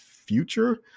future